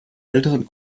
älteren